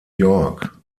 york